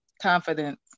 Confidence